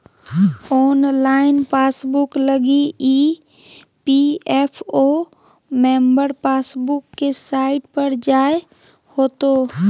online passbook लगी EPFO member passbook के site पर जाय होतो